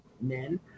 men